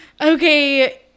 Okay